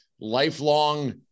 lifelong